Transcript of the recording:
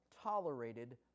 tolerated